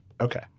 Okay